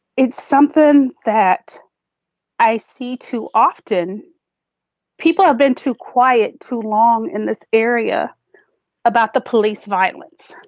it's something that i see too often people have been too quiet too long in this area about the police violence.